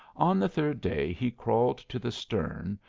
on the third day he crawled to the stern,